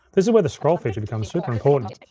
this is where the scroll feature becomes super important.